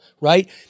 Right